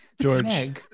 George